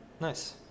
Nice